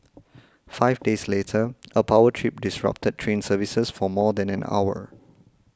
five days later a power trip disrupted train services for more than an hour